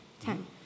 Ten